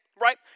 right